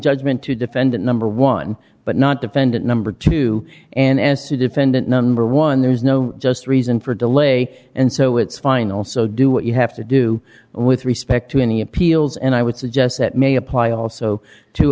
judgment to defendant number one but not defendant number two and se defendant number one there's no just reason for delay and so it's fine also do what you have to do with respect to any appeals and i would suggest that may apply also to